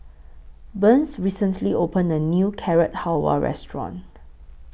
Burns recently opened A New Carrot Halwa Restaurant